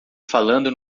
falando